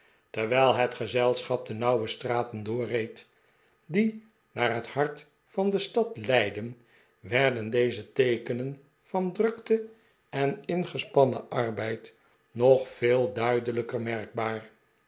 terwijl het gezelschap de nauwe straten doorreed die naar het hart van de stad ieidden werden deze teekenen van drukte en ingespannen arbeid nog veel duidelijker merkbaar